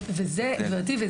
גברתי,